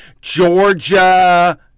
Georgia